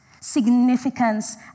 significance